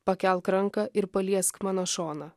pakelk ranką ir paliesk mano šoną